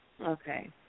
Okay